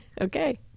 okay